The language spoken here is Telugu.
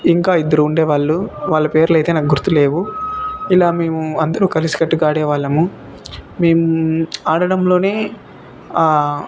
ఇంకా ఇద్దరు ఉండేవాళ్ళు వాళ్ళ పేర్లయితే నాకు గుర్తులేవు ఇలా మేము అందరు కలిసి కట్టుగా ఆడేవాళ్ళము మేము ఆడడంలో